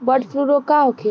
Bird flu का रोग होखे?